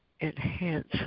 enhance